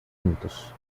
juntos